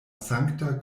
sankta